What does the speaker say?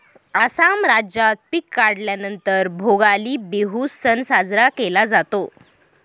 आसाम राज्यात पिक काढल्या नंतर भोगाली बिहू सण साजरा केला जातो